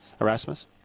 Erasmus